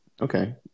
Okay